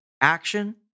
action